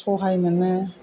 सहाय मोनो